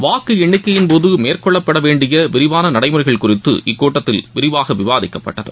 வாக்கு எண்ணிக்கையின் போது மேற்கொள்ள வேண்டிய விரிவான நடைமுறைகள் குறித்து இக்கூட்டத்தில் விவாதிக்கப்பட்டது